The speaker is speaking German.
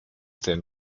den